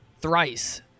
Thrice